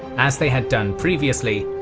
as they had done previously,